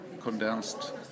condensed